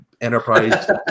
Enterprise